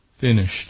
Finished